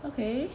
okay